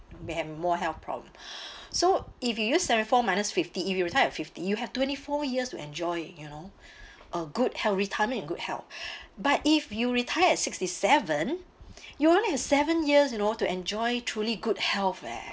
may have more health problem so if you use seventy-four minus fifty if you retire at fifty you have twenty-four years to enjoy you know a good health retirement in good health but if you retire at sixty-seven you only have seven years you know to enjoy truly good health eh